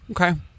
Okay